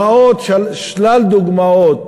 שלל דוגמאות: